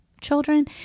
children